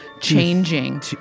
changing